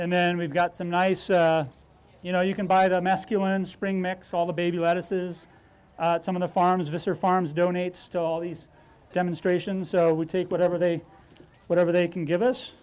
and then we've got some nice you know you can buy the masculine spring mix all the baby lettuces some of the farms visser farms donates to all these demonstrations so we take whatever they whatever they can give us